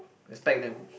respect them